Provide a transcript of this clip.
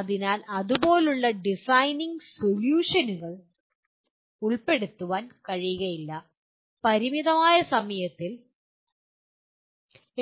അതിനാൽ ഇതുപോലുള്ള ഡിസൈനിംഗ് സൊല്യൂഷനുകൾ ഉൾപ്പെടുത്താൻ കഴിയില്ല പരിമിതമായ സമയത്തിൽ